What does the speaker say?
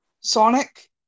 Sonic